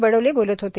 बडोले बोलत होते